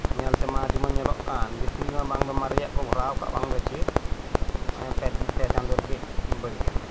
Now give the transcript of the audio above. ᱧᱮᱞ ᱛᱮᱢᱟ ᱟᱹᱰᱤ ᱢᱚᱸᱡᱽ ᱧᱮᱞᱚᱜ ᱠᱟᱱ ᱵᱷᱤᱛᱨᱤ ᱨᱮᱢᱟ ᱵᱟᱝᱫᱚ ᱢᱟᱨᱮᱭᱟᱜ ᱠᱚ ᱵᱷᱚᱨᱟᱣ ᱟᱠᱟᱫ ᱵᱟᱝᱫᱚ ᱪᱮᱫ ᱱᱚᱜ ᱚᱭ ᱯᱮ ᱪᱟᱸᱫᱳ ᱨᱮᱜᱤ ᱵᱟᱹᱲᱤᱡ ᱮᱱᱟ